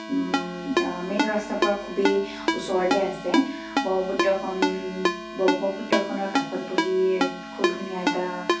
main ৰাস্তাৰপৰা খুবেই ওচৰতে আছে ব্ৰহ্মপুত্ৰখন ব্ৰহ্মপুত্ৰখনৰ কাষত বহি খুব ধুনীয়া এটা